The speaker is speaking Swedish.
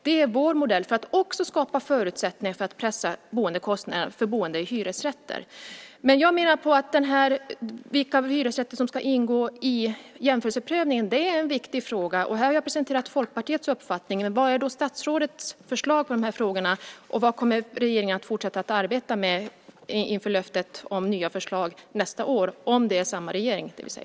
Det är vår modell för att skapa förutsättningar för att pressa bostadskostnaderna för boende i hyresrätter. Jag menar att det är en viktig fråga vilka hyresrätter som ska ingå i jämförelseprövningen. Här har jag presenterat Folkpartiets uppfattning. Vad är statsrådets förslag i de här frågorna? Vad kommer regeringen att fortsätta att arbeta med för att infria löftet om nya förslag nästa år, det vill säga om det är samma regering?